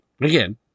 Again